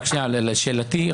לשאלתי,